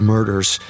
Murders